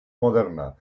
moderna